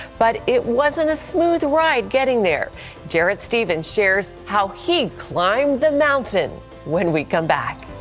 but it wasn't a smooth a ride getting there jared steven shares how he climbed the mountain when we come back.